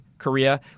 Korea